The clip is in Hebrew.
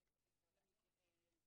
"בוחרים בחיים".